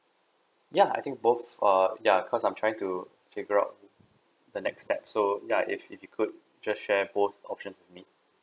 yeah I think both err yeah cause I'm trying to figure out the next step so yeah if if you could just share both option to me